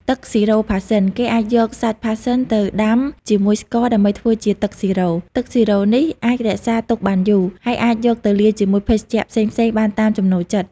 ទឹកស៊ីរ៉ូផាសសិន គេអាចយកសាច់ផាសសិនទៅដាំជាមួយស្ករដើម្បីធ្វើជាទឹកស៊ីរ៉ូ។ ទឹកស៊ីរ៉ូនេះអាចរក្សាទុកបានយូរ ហើយអាចយកទៅលាយជាមួយភេសជ្ជៈផ្សេងៗបានតាមចំណូលចិត្ត។